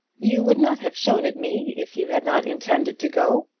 you would not have shown it me if you had not intended to go.